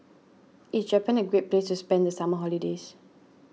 is Japan a great place to spend the summer holidays